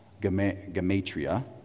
gematria